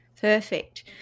Perfect